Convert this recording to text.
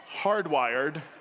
hardwired